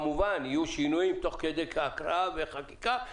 וכמובן יהיו שינויים תוך כדי הקראה וחקיקה,